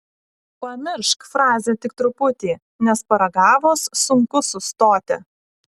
pamiršk frazę tik truputį nes paragavus sunku sustoti